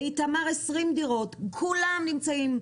באיתמר 20 דירות כולן נמצאות,